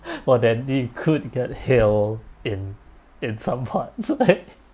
well then it could get hailed in in some parts right